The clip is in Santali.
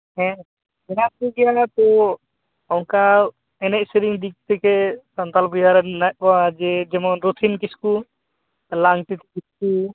ᱦᱮᱸ ᱦᱮᱱᱟᱜ ᱠᱚᱜᱮᱭᱟ ᱛᱚ ᱚᱱᱠᱟ ᱮᱱᱮᱡ ᱥᱮᱨᱮᱧ ᱫᱤᱠ ᱛᱷᱮᱠᱮ ᱥᱟᱱᱛᱟᱲ ᱵᱚᱭᱦᱟ ᱦᱮᱱᱟᱜ ᱠᱚᱣᱟ ᱡᱮ ᱡᱮᱢᱚᱱ ᱨᱚᱛᱷᱤᱱ ᱠᱤᱥᱠᱩ ᱞᱟᱝᱛᱤᱛᱤ ᱠᱤᱥᱠᱩ